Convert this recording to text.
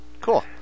Cool